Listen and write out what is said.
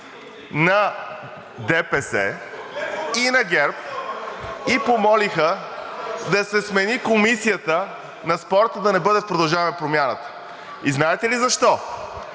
на ДПС и на ГЕРБ и помолиха да се смени Комисията на спорта, да не бъде в „Продължаваме Промяната“. И знаете ли защо?